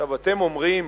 אתם אומרים